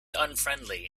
unfriendly